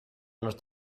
not